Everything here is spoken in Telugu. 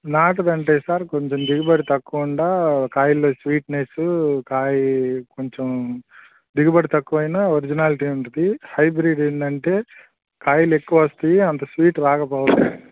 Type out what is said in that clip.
నాటుది అంటే సార్ కొంచెం దిగుబడి తక్కువ ఉన్నా కాయల్లో స్వీట్నెస్సు కాయ కొంచెం దిగుబడి తక్కువ అయినా ఒరిజినాలిటీ ఉంటుంది హైబ్రిడ్ ఏమిటి అంటే కాయలు ఎక్కువ వస్తాయి అంత స్వీట్ రాకపోవచ్చు